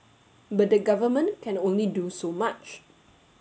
but the government can only do so much